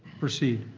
proceed.